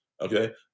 okay